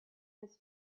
his